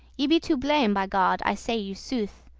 ye be to blame, by god, i say you sooth.